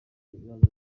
ibibazo